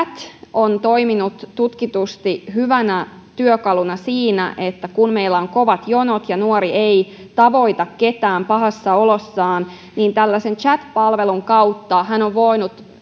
on toiminut tutkitusti hyvänä työkaluna siinä että kun meillä on kovat jonot ja nuori ei tavoita ketään pahassa olossaan niin tällaisen chat palvelun kautta hän on voinut